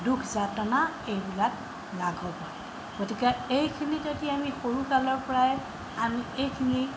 দুখ যাতনা এইবিলাক লাঘৱ হয় গতিকে এইখিনি যদি আমি সৰুকালৰ পৰাই আমি এইখিনি